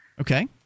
Okay